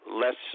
less